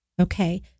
Okay